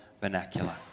vernacular